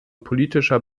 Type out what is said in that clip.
politischer